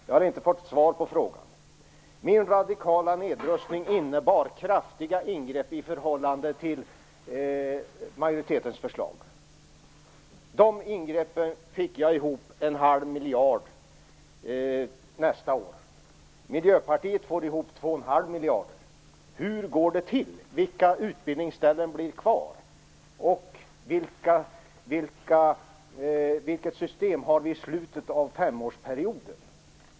Jag har inte fått svar på min fråga. Min radikala nedrustning innebär kraftiga ingrepp i förhållande till majoritetens förslag. Genom dessa ingrepp får jag ihop 0,5 miljarder för nästa år. Miljöpartiet får ihop 2,5 miljarder. Hur går det till? Vilka utbildningsställen blir kvar? Vilket system har vi i slutet av femårsperioden?